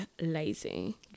lazy